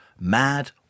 Mad